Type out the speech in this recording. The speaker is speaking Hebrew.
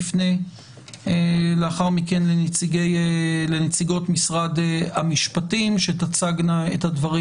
נפנה לאחר מכן לנציגות משרד המשפטים שתצגנה את הדברים